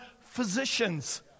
physicians